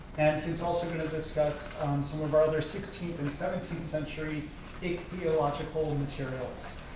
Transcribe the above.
and he's also going to discuss some of our other sixteenth and seventeenth century ichthyological materials.